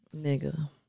Nigga